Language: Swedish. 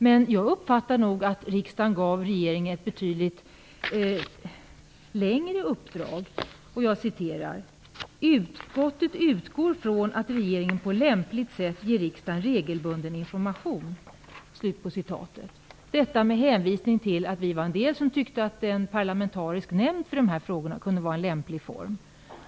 Men jag uppfattade nog att riksdagen gav regeringen ett betydligt mer långtgående uppdrag. Jag citerar: "Utskottet utgår från att regeringen på lämpligt sätt ger riksdagen regelbunden information." Detta med hänvisning till att en del av oss tyckte att en parlamentarisk nämnd för dessa frågor kunde vara en lämplig form.